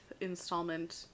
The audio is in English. installment